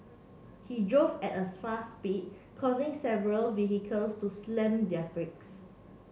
he drove at a fast speed causing several vehicles to slam their brakes